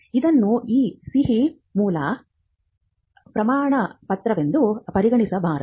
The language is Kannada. ಇದನ್ನು ಈ ಸಿಹಿ ಮೂಲದ ಪ್ರಮಾಣಪತ್ರವೆಂದು ಪರಿಗಣಿಸಬಾರದು